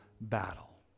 battle